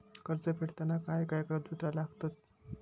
कर्ज फेडताना काय काय कागदपत्रा लागतात?